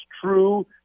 true